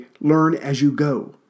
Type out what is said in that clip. learn-as-you-go